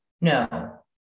No